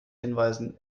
hinweisen